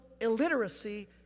illiteracy